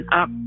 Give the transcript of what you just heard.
up